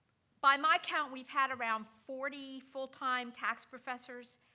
by my count, we've had around forty full-time tax professors,